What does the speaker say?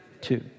two